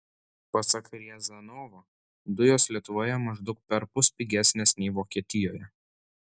pasak riazanovo dujos lietuvoje maždaug perpus pigesnės nei vokietijoje